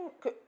que